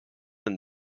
than